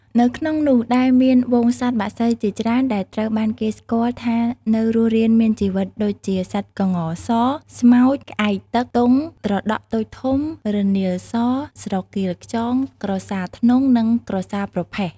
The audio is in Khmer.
នៅក្នុងនោះដែលមានហ្វូងសត្វបក្សីជាច្រើនដែលត្រូវបានគេស្គាល់ថានៅរស់រានមានជីវិតដូចជា សត្វក្ងស ស្មោញ ក្អែកទឹក ទុង ត្រដក់តូចធំ រនាលស ស្រគៀលខ្យង ក្រសារធ្នង់ និងក្រសារប្រផេះ។